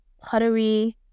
pottery